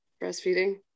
breastfeeding